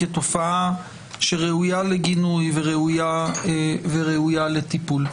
כתופעה שראויה לגינוי וראויה לטיפול.